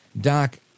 Doc